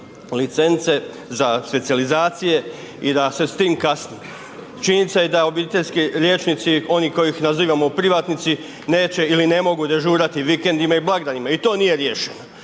licence, za specijalizacije i da se s tim kasni. Činjenica je da obiteljski liječnici, oni kojih nazivamo privatnici neće ili ne mogu dežurati vikendima i blagdanima i to nije riješeno.